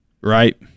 right